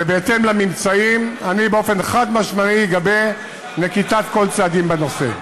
ובהתאם לממצאים אני באופן חד-משמעי אגבה נקיטת כל צעדים בנושא.